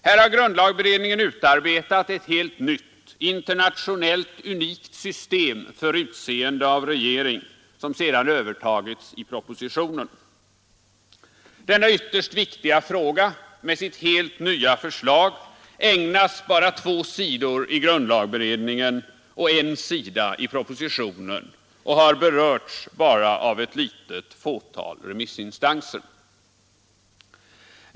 Här har grundlagberedningen utarbetat ett helt nytt, internationellt unikt system för utseende av regering, som sedan övertagits i propositionen. Denna ytterst viktiga fråga med ett helt nytt förslag ägnas bara två sidor i grundlagberedningens betänkande och en sida i propositionen och har berörts endast av ett litet fåtal remissinstanser.